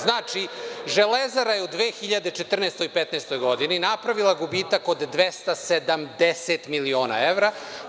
Znači, „Železara“ je u 2014. i 2015. godini napravila gubitak od 270 miliona evra.